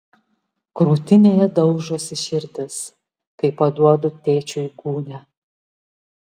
krūtinėje daužosi širdis kai paduodu tėčiui gūnią